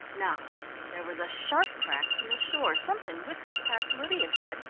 now there was a sharp crack from the shore something whistled past lydia's head,